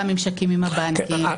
ממשקים עם הבנקים.